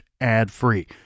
ad-free